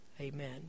Amen